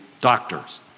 doctors